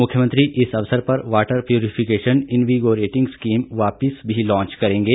मुख्यमंत्री इस अवसर पर water purification invigorating scheme वापिस को भी लान्च करेंगे